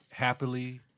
Happily